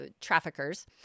traffickers